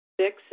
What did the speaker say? Six